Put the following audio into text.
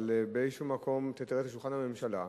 באיזה מקום, תראה את שולחן הממשלה,